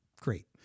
Great